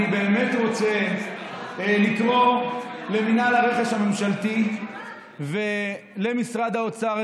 אני באמת רוצה לקרוא למינהל הרכש הממשלתי ולמשרד האוצר,